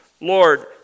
Lord